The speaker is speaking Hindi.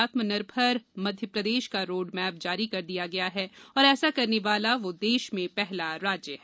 आत्मनिर्भर मध्यप्रदेश का रौडमैप जारी कर दिया है और ऐसा करने वाला वह देश में पहला राज्य है